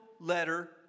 letter